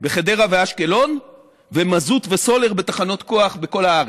בחדרה ואשקלון ומזוט וסולר בתחנות כוח בכל הארץ.